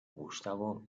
gustavo